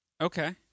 Okay